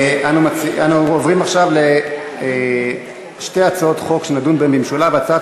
אנו עוברים עכשיו לשתי הצעות חוק שנדון בהן במשולב: הצעת